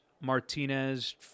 Martinez